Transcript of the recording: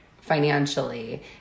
financially